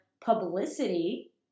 publicity